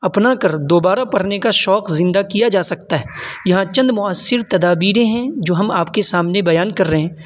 اپنا کر دوبارہ پڑھنے کا شوق زندہ کیا جا سکتا ہے یہاں چند مؤثر تدابیریں ہیں جو ہم آپ کے سامنے بیان کر رہے ہیں